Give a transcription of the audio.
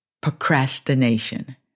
procrastination